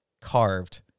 carved